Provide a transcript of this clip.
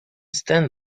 stand